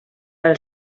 del